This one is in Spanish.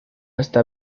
está